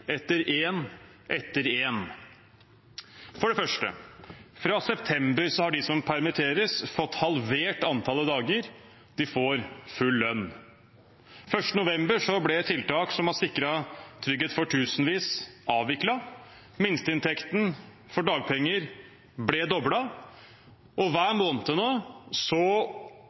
etter én etter én. For det første: Fra september har de som permitteres, fått halvert antallet dager de får full lønn. Den 1. november ble tiltak som har sikret trygghet for tusenvis, avviklet. Minsteinntekten for dagpenger ble doblet. Hver måned nå